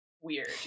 weird